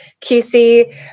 QC-